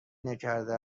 نکرده